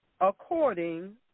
According